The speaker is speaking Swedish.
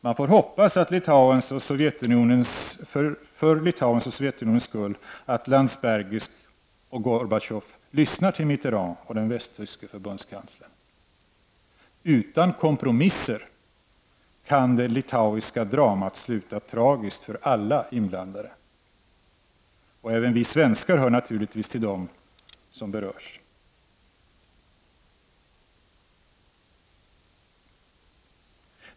Man får hoppas — för Litauens och Sovjetunionens skull — att Landsbergis och Gorbatjov lyssnar till Mitterrand och den västtyske förbundskanslern. Utan kompromisser kan det litauiska dramat sluta tragiskt för alla inblandade. Även vi svenskar hör naturligtvis till dem som berörs.